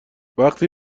وقتی